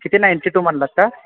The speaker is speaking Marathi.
किती नाईन्टी टू म्हणालात का